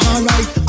Alright